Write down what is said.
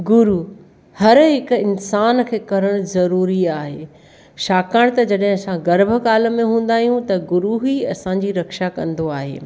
गुरु हर हिकु इंसान खे करणु ज़रुरी आहे छाकाण त जॾहिं असां गर्भ काल में हूंदा आहियूं त गुरु ही असांजी रक्षा कंदो आहे